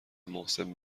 محسن